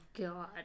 God